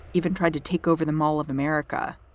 even tried to take over the mall of america.